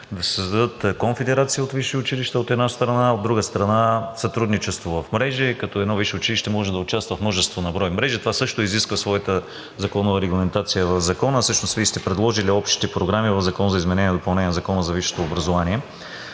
да се създадат конфедерации от висши училища, от една страна. От друга страна, сътрудничество в мрежа, като едно висше училище може да участва в множество на брой мрежи. Това също изисква своята законова регламентация в Закона, а всъщност Вие сте предложили общите програми в Закон за изменение и допълнение на Закона за висшето образование.